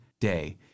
day